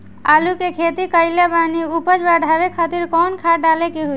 आलू के खेती कइले बानी उपज बढ़ावे खातिर कवन खाद डाले के होई?